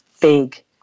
big